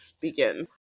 begin